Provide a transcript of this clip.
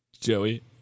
Joey